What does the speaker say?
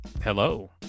Hello